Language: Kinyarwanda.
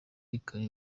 ikaba